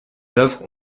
œuvres